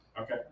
Okay